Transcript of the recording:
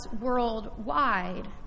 worldwide